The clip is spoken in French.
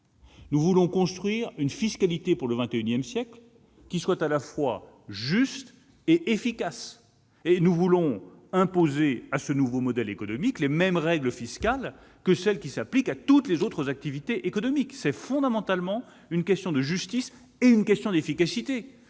Nous voulons construire, pour le XXI siècle, une fiscalité qui soit à la fois juste et efficace. Nous voulons imposer à ce nouveau modèle économique les mêmes règles fiscales que celles qui s'appliquent à toutes les autres activités économiques. C'est fondamentalement une question à la fois de justice et d'efficacité